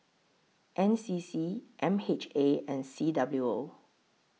N C C M H A and C W O